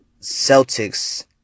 Celtics